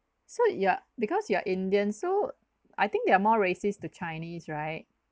so you're because you are indian so I think they're more racist to chinese right